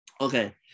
Okay